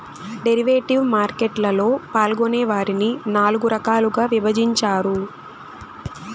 derivative market లలో పాల్గొనే వారిని నాల్గు రకాలుగా విభజించారు